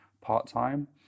part-time